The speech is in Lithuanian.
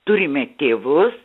turime tėvus